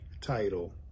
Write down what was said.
title